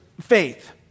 faith